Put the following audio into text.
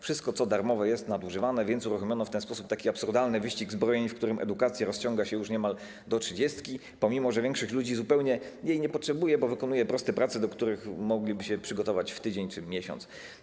Wszystko, co darmowe, jest nadużywane, więc uruchomiono w ten sposób absurdalny wyścig zbrojeń, w którym edukację rozciąga się już niemal do trzydziestki, pomimo że większość ludzi zupełnie jej nie potrzebuje, bo wykonuje proste prace, do których mogliby się przygotować w tydzień czy w miesiąc.